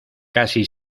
casi